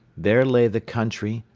there lay the country,